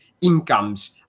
incomes